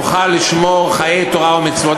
נוכל לשמור חיי תורה ומצוות.